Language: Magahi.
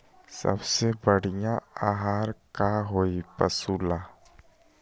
सबसे बढ़िया आहार का होई पशु ला?